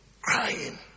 crying